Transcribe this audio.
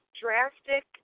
drastic